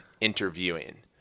interviewing